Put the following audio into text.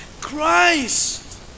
Christ